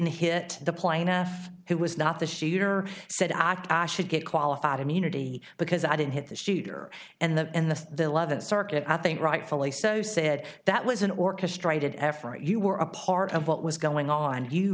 hit the plaintiff who was not the shooter said i should get qualified immunity because i didn't hit the shooter and the in the eleventh circuit i think rightfully so said that was an orchestrated effort you were a part of what was going on